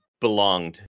belonged